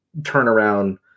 turnaround